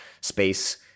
space